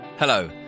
Hello